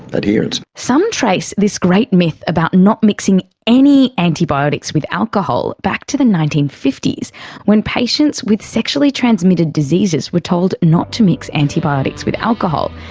adherence. some trace this great myth about not mixing any antibiotics with alcohol back to the nineteen fifty s when patients with sexually transmitted diseases were told not to mix antibiotics with alcohol.